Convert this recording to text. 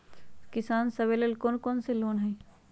किसान सवे लेल कौन कौन से लोने हई?